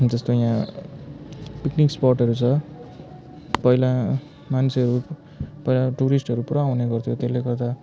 जस्तो यहाँ पिकनिक स्पटहरू छ पहिला मान्छेहरू पहिला टुरिस्टहरू पुरा आउने गर्थ्यो त्यसले गर्दा